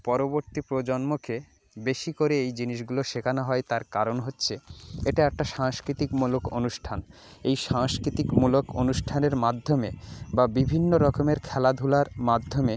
পরবর্তী প্রজন্মকে বেশি করে এই জিনিসগুলো শেখানো হয় তার কারণ হচ্ছে এটা একটা সাংস্কৃতিকমূলক অনুষ্ঠান এই সাংস্কৃতিকমূলক অনুষ্ঠানের মাধ্যমে বা বিভিন্ন রকমের খেলাধূলার মাধ্যমে